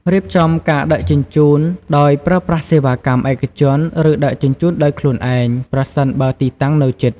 រៀបចំការដឹកជញ្ជូនដោយប្រើប្រាស់សេវាកម្មឯកជន ឬដឹកជញ្ជូនដោយខ្លួនឯង ប្រសិនបើទីតាំងនៅជិត។